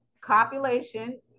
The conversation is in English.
copulation